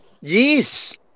Yes